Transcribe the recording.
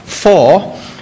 Four